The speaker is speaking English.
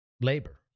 labor